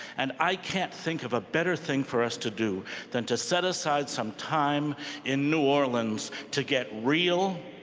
and i can't think of a better thing for us to do than to set aside some time in new orleans to get real,